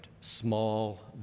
small